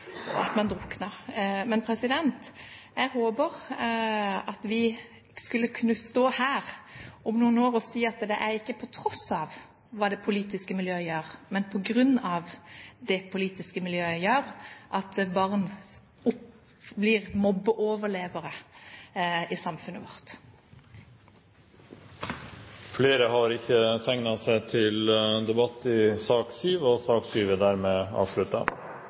at man drukner. Jeg håper at vi skal kunne stå her om noen år og si at det ikke er på tross av hva det politiske miljøet gjør, men på grunn av hva det politiske miljøet gjør, at barn blir mobbeoverlevere i samfunnet vårt. Flere har ikke bedt om ordet til sak nr. 7. Barnehagesektoren har i løpet av få år blitt en stor og